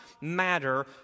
matter